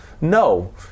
no